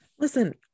Listen